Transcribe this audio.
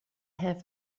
have